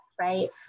right